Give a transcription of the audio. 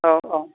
औ औ